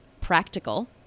practical